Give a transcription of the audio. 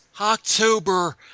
October